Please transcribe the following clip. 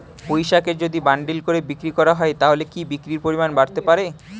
পুঁইশাকের যদি বান্ডিল করে বিক্রি করা হয় তাহলে কি বিক্রির পরিমাণ বাড়তে পারে?